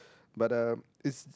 but um it's